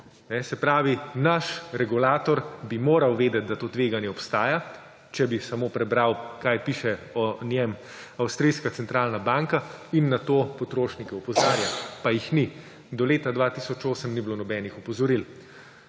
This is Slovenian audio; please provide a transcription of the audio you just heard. Se pravi, naš regulator bi moral vedeti, da to tveganje obstaja, če bi samo prebral, kaj piše o njem avstrijska centralna banka, in na to potrošnike opozarjati. Pa jih ni; do leta 2008 ni bilo nobenih opozoril.